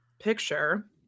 picture